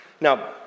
Now